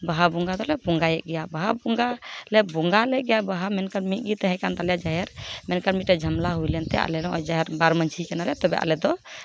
ᱵᱟᱦᱟ ᱵᱚᱸᱜᱟ ᱫᱚᱞᱮ ᱵᱚᱸᱜᱟᱭᱮᱫ ᱜᱮᱭᱟ ᱵᱟᱦᱟ ᱵᱚᱸᱜᱟᱞᱮ ᱵᱚᱸᱜᱟ ᱞᱮᱫ ᱜᱮᱭᱟ ᱵᱟᱦᱟ ᱢᱮᱱᱠᱷᱟᱱ ᱢᱤᱫᱜᱮ ᱛᱟᱦᱮᱸ ᱠᱟᱱ ᱛᱟᱞᱮᱭᱟ ᱡᱟᱦᱮᱨ ᱢᱮᱱᱠᱷᱟᱱ ᱢᱤᱫᱴᱮᱱ ᱡᱷᱟᱢᱮᱞᱟ ᱦᱩᱭ ᱞᱮᱱ ᱛᱮ ᱟᱞᱮ ᱫᱚ ᱡᱟᱦᱮᱨ ᱵᱟᱨ ᱢᱟᱺᱡᱷᱤ ᱠᱟᱱᱟᱞᱮ ᱛᱚᱵᱮ ᱟᱞᱮᱫᱚ